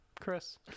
Chris